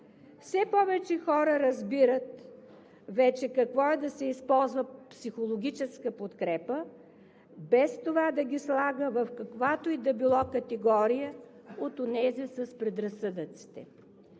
Все повече хора разбират вече какво е да се използва психологическа подкрепа, без това да ги слага в каквато и да било категория от онези с предразсъдъците.